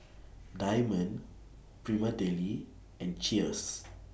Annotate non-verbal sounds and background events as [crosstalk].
Diamond Prima Deli and Cheers [noise]